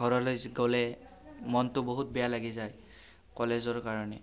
ঘৰলৈ গ'লে মনটো বহুত বেয়া লাগি যায় কলেজৰ কাৰণে